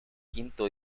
quinto